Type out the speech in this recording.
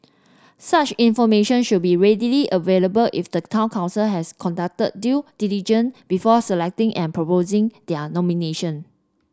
such information should be readily available if the town council has conducted due diligent before selecting and proposing their nomination